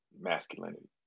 masculinity